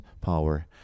power